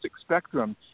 spectrum